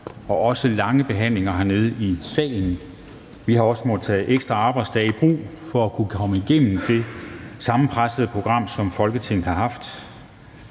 og også lange behandlinger her i Folketingssalen. Vi har også måttet tage ekstra arbejdsdage i brug for at kunne komme igennem det sammenpressede program, som Folketinget har haft.